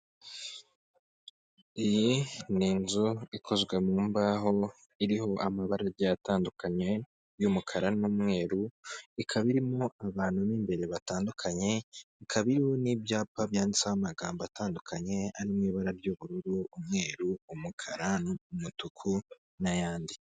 Iyi ni inzu ikozwe mu mbaho, iriho amabara agiye atandukanye, y'umukara n'umweru, ikaba irimo abantu b'imbere batandukanye, ibikaba iriho n'ibyapa byanditseho amagambo atandukanye, ari mu ibara ry'ubururu, umweru, umukara, n'umutuku, n'ayandi.